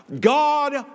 God